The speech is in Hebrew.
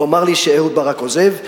הוא אמר לי שאהוד ברק עוזב.